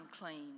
unclean